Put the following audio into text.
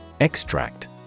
Extract